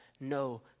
no